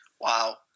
Wow